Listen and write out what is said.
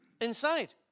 Inside